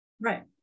right